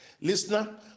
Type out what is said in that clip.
Listener